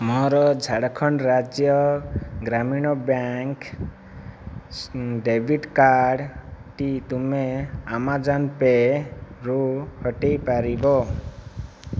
ମୋର ଝାଡ଼ଖଣ୍ଡ ରାଜ୍ୟ ଗ୍ରାମୀଣ ବ୍ୟାଙ୍କ୍ ଡେବିଟ୍ କାର୍ଡ୍ଟି ତୁମେ ଆମାଜନ୍ ପେ'ରୁ ହଟାଇ ପାରିବ